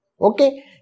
Okay